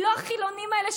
היא לא החילונים האלה,